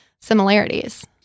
similarities